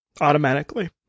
Automatically